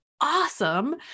awesome